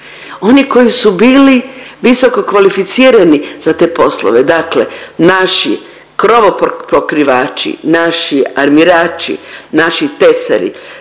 Oni koji su bili visokokvalificirani za te poslove, dakle naši krovopokrivači, naši armirači, naši tesari